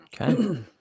Okay